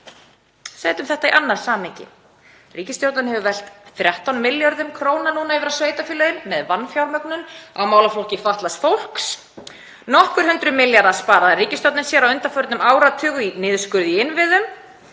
Setjum þetta í annað samhengi. Ríkisstjórnin hefur velt 13 milljörðum kr. núna yfir á sveitarfélögin með vanfjármögnun á málaflokki fatlaðs fólks. Nokkur hundruð milljarða sparaði ríkisstjórnin sér á undanförnum áratug í niðurskurði í innviðum.